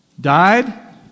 died